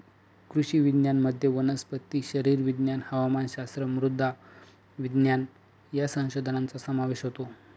कृषी विज्ञानामध्ये वनस्पती शरीरविज्ञान, हवामानशास्त्र, मृदा विज्ञान या संशोधनाचा समावेश होतो